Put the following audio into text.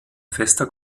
fester